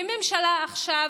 והממשלה עכשיו,